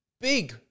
big